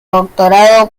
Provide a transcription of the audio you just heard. doctorado